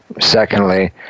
Secondly